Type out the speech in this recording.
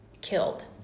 killed